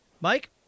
Mike